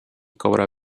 cobra